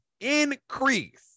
increase